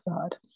god